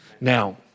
Now